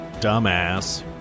dumbass